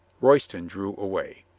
royston drew away.